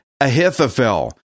Ahithophel